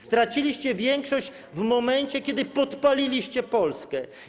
Straciliście większość w momencie, kiedy podpaliliście Polskę.